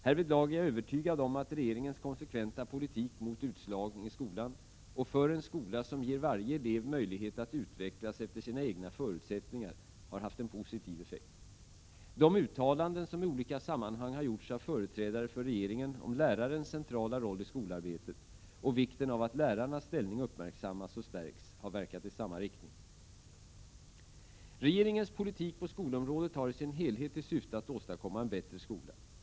Härvidlag är jag övertygad om att regeringens konsekventa politik mot utslagning i skolan och för en skola som ger varje elev möjlighet att utvecklas efter sina egna förutsättningar har haft en positiv effekt. De uttalanden som i olika sammanhang har gjorts av företrädare för regeringen om lärarens centrala roll i skolarbetet och vikten av att lärarnas ställning uppmärksammas och stärks har verkat i samma riktning. Regeringens politik på skolområdet har i sin helhet till syfte att åstadkomma en bättre skola.